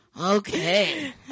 Okay